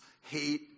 hate